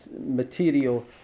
material